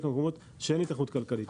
את המקומות שבהם אין היתכנות כלכלית.